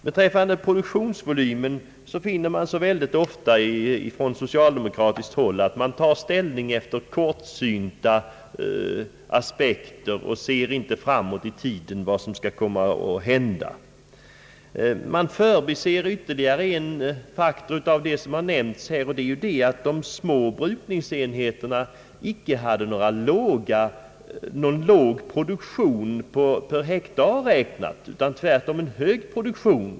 Beträffande produktionsvolymen finner man ofta att man på socialdemokratiskt håll tar ställning efter kortsynta aspekter och inte ser framåt i tiden. Man förbiser ytterligare en faktor, nämligen ati de små brukningsenheterna icke har en låg produktion per hektar räknat, utan tvärtom en hög produktion.